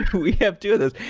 we have two of those.